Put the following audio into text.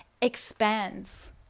expands